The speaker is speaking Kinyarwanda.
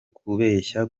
kubeshya